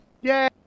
Yay